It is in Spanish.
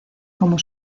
como